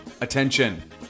attention